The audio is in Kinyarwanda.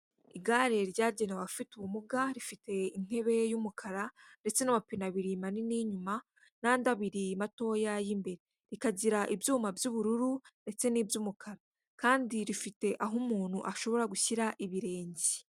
Igare ryagenewe abafite ubumuga, rifite intebe y'umukara ndetse n'amapine aabiri manini y'inyuma n'andi abiri matoya y'imbere, rikagira ibyuma by'ubururu ndetse n'iby'umukara kandi rifite aho umuntu ashobora gushyira ibirenge.